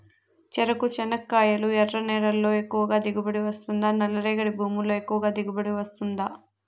చెరకు, చెనక్కాయలు ఎర్ర నేలల్లో ఎక్కువగా దిగుబడి వస్తుందా నల్ల రేగడి భూముల్లో ఎక్కువగా దిగుబడి వస్తుందా